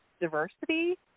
diversity